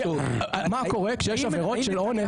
מה קורה כשיש עבירות של אונס?